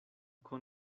con